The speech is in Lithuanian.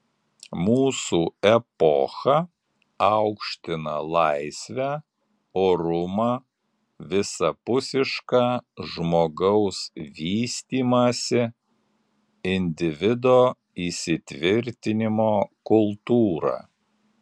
mūsų epocha aukština laisvę orumą visapusišką žmogaus vystymąsi individo įsitvirtinimo kultūrą